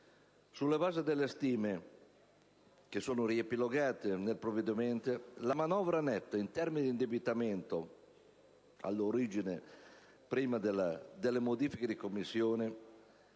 Sulla base delle stime, che sono riepilogate nel provvedimento, la manovra netta in termini di indebitamento prima delle modifiche in Commissione